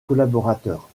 collaborateurs